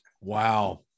Wow